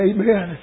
Amen